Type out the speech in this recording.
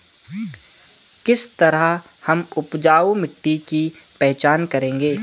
किस तरह हम उपजाऊ मिट्टी की पहचान करेंगे?